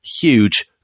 huge